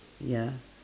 ya